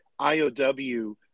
IOW